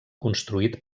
construït